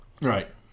Right